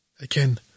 Again